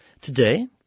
Today